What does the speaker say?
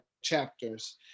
chapters